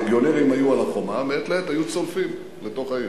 הליגיונרים היו על החומה ומעת לעת היו צולפים לתוך העיר.